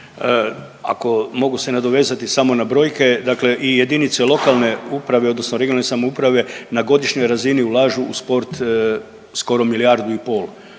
Ako mogu se nadovezati samo na brojke. Dakle i jedinice lokalne uprave, odnosno regionalne samouprave na godišnjoj razini ulažu u sport skoro milijardu i pol